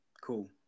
cool